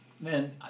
Man